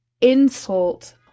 insult